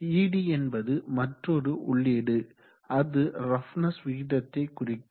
ed என்பது மற்றோரு உள்ளீடு அது ரஃப்னஸ் விகிதத்தை குறிக்கும்